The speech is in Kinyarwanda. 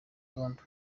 irondo